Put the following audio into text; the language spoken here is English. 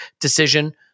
decision